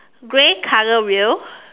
grey color wheel